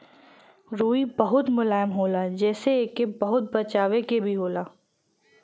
रुई बहुत मुलायम होला जेसे एके बहुते बचावे के भी होला